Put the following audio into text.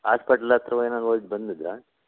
hospital ಹತ್ರವ ಏನಾರ ಹೋಗಿ ಬಂದಿದ್ರಾ